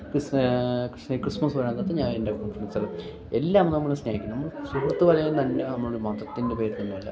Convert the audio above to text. Christmas വരാൻ നേരത്ത് ഞാൻ എൻ്റെ ഫ്രണ്ട്സിനെ എല്ലാം നമ്മൾ സ്നേഹിക്കണം നമ്മൾ സുഹൃത്ത് വലയം തന്നെ നമ്മൾ മതത്തിൻ്റെ പേരിലൊന്നുമല്ല